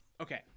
okay